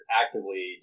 actively